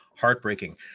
Heartbreaking